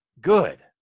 good